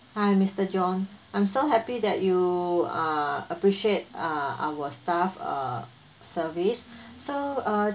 hi mister john I'm so happy that you err appreciate uh our staff uh service so uh